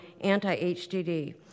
anti-HDD